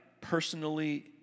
personally